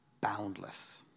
boundless